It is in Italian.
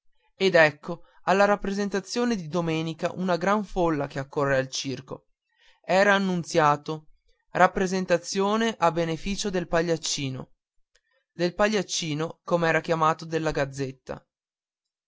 ed ecco alla rappresentazione di domenica una gran folla che accorre al circo era annunziato rappresentazione a beneficio del pagliaccino del pagliaccino com'era chiamato nella gazzetta